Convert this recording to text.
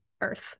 earth